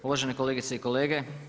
Uvažene kolegice i kolege.